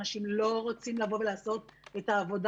אנשים לא רוצים לבוא ולעשות את העבודה